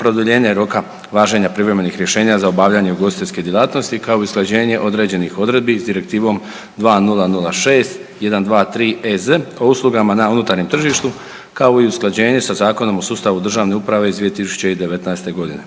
produljenje roka važenja privremenih rješenja za obavljanje ugostiteljske djelatnosti kao i usklađenje određenih odredbi s Direktivom 2006 123 EZ o uslugama na unutarnjem tržištu kao i usklađenje sa Zakonom o sustavu državne uprave iz 2019. godine.